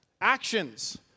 Actions